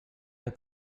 der